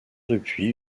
depuis